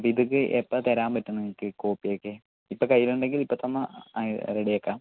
അപ്പം ഇതൊക്കെ എപ്പം തരാൻ പറ്റും നിങ്ങൾക്ക് കോപ്പിയൊക്കെ ഇപ്പം കയ്യിലുണ്ടെങ്കിൽ ഇപ്പം തന്നാൽ റെഡി ആക്കാം